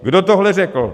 Kdo tohle řekl?